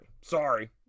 sorry